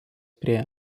prie